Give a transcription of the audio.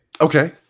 Okay